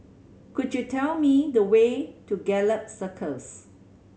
could you tell me the way to Gallop Circus